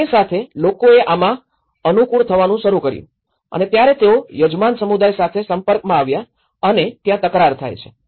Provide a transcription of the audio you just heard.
અને તે સાથે લોકોએ આમાં અનુકૂળ થવાનું શરૂ કર્યું અને ત્યારે તેઓ યજમાન સમુદાય સાથે સંપર્કમાં આવે છે અને ત્યાં તકરાર થાય છે